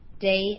day